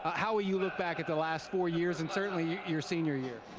how will you look back at the last four years and certainly your senior year?